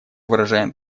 выражаем